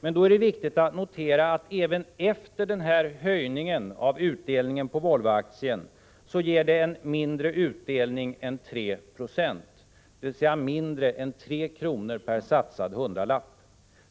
Det är då viktigt att notera att Volvoaktien även efter denna höjning ger mindre utdelning än 3 70, dvs. mindre än 3 kr. per satsad hundralapp.